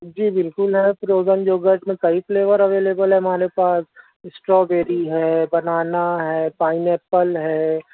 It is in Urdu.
جی بالکل ہے پروجن یو گرڈ میں کئی فلیور اویلیبل ہے ہمارے پاس اسٹرو بیری ہے بنانا ہے پائن ایپل ہے